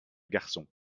garçon